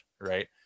Right